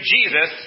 Jesus